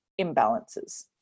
imbalances